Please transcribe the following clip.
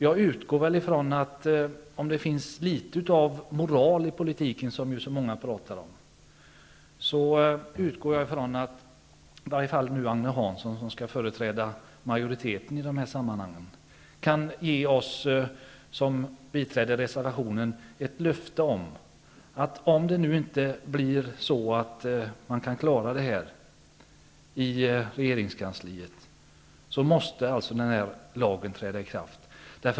Jag utgår ifrån att, om det finns litet av moral i politiken som ju så många talar om, i varje fall Agne Hansson, som skall företräda majoriteten i de här sammanhangen, kan ge oss som biträder reservationen ett löfte om att om man inte kan klara detta i regeringskansliet, måste lagen träda i kraft.